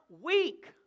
weak